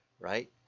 Right